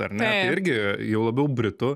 ar ne irgi jau labiau britų